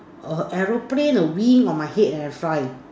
a aeroplane or wings on my head and I fly